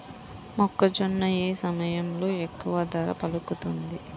మొక్కజొన్న ఏ సమయంలో ఎక్కువ ధర పలుకుతుంది?